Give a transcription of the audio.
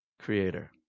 creator